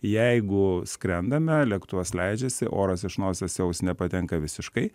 jeigu skrendame lėktuvas leidžiasi oras iš nosies į ausį nepatenka visiškai